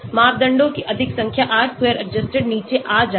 मापदंडों की अधिक संख्या R square adjusted नीचे आ जाएगा